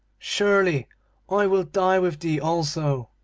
surely i will die with thee also